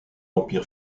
empire